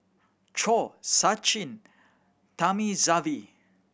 Choor Sachin Thamizhavel